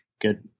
good